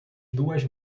duas